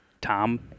Tom